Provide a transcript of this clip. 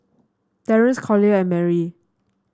Terrance Collier and Merrie